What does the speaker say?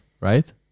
right